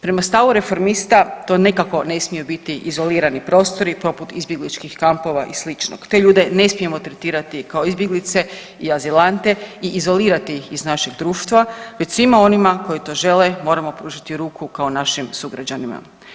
Prema stavu Reformista to nekako ne smije biti izolirani prostori poput izbjegličkih kampova i sličnog, te ljude ne smijemo tretirati kao izbjeglice i azilante i izolirati ih iz našeg društva već svima onima koji to žele moramo pružiti ruku kao našim sugrađanima.